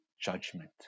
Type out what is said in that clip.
judgment